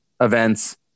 events